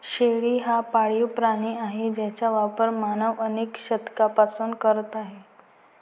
शेळी हा पाळीव प्राणी आहे ज्याचा वापर मानव अनेक शतकांपासून करत आहे